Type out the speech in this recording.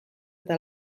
eta